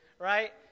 right